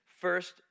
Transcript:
first